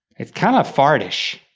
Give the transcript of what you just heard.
it's kind of fart-ish.